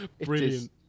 brilliant